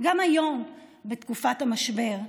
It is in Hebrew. גם היום, בתקופת המשבר.